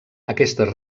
aquestes